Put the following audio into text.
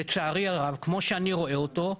לצערי הרב כמו שאני רואה אותו,